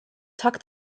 tuck